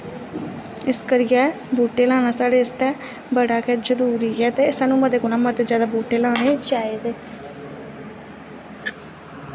इस करियै बूह्टे लाना साढ़े आस्तै बड़ा गै जरूरी ऐ ते सानूं मते कोला मते बूह्टे लाने चाहिदे